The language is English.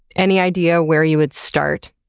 any idea where you would start?